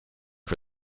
for